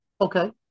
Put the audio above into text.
Okay